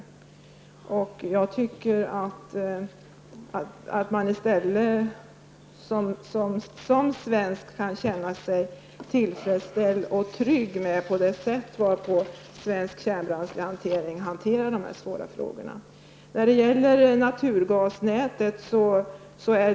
Som svensk tycker jag att man kan känna sig tillfredsställd och trygg med det sätt varpå Svensk Kärnbränslehantering handlägger dessa svåra frågor.